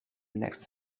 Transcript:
next